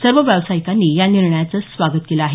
सर्व व्यावसायिकांनी या निर्णयाचं स्वागत केलं आहे